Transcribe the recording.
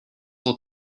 will